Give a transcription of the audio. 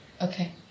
Okay